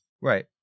Right